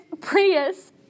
Prius